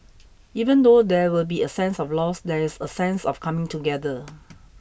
even though there will be a sense of loss there is a sense of coming together